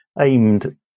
aimed